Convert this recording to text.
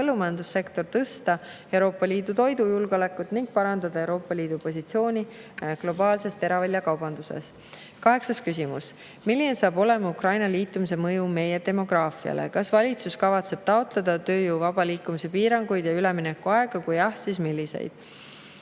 põllumajandussektor tõsta Euroopa Liidu toidujulgeolekut ning parandada Euroopa Liidu positsiooni globaalses teraviljakaubanduses. Kaheksas küsimus: "Milline saab olema Ukraina liitumise mõju meie demograafiale? Kas valitsus kavatseb taotleda tööjõu vaba liikumise piiranguid ja üleminekuaegu, kui jah, siis milliseid?"